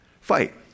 fight